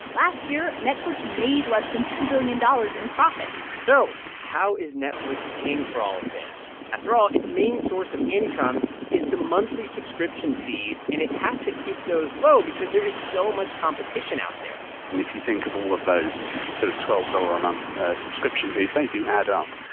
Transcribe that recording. last year, netflix made less than two billion dollars in profit so how is netflix paying for all of this? after all, its main source of income is the monthly subscription fees, and it has to keep those low because there is so much competition out there if you think of all of those sort of twelve dollars a month subscription fees, they do add up.